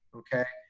okay?